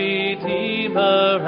Redeemer